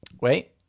Wait